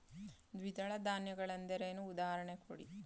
ದ್ವಿದಳ ಧಾನ್ಯ ಗಳೆಂದರೇನು, ಉದಾಹರಣೆ ಕೊಡಿ?